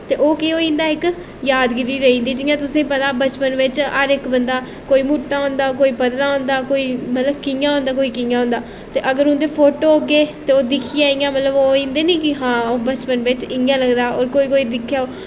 ते ओह् केह् होई जंदा इक यादगिरी रेही जंदी जियां तुसेंगी पता बचपन बिच्च हर इक बंदा कोई मुट्टा होंदा कोई पतला होंदा कोई मतलब कि'यां होंदा कोई कि'यां होंदा ते अगर उं'दे फोटो होगे ते ओह् दिक्खियै इ'यां मतलब ओह् होई जंदे नी कि हां बचपन बिच्च इ'यां लगदा हा होर कोई कोई दिक्खै